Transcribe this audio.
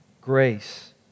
grace